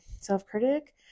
self-critic